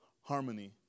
harmony